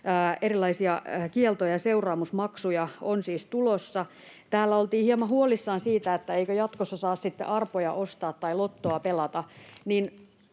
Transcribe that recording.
Erilaisia kieltoja ja seuraamusmaksuja on siis tulossa. Täällä oltiin hieman huolissaan siitä, että eikö jatkossa saa sitten arpoja ostaa tai Lottoa pelata.